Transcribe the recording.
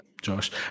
Josh